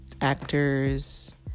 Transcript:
actors